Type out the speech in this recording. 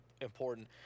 important